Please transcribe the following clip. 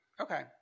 Okay